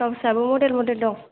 ब्लाउसयाबो model model दं